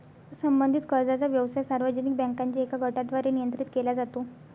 संबंधित कर्जाचा व्यवसाय सार्वजनिक बँकांच्या एका गटाद्वारे नियंत्रित केला जातो